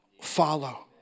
follow